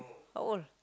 how old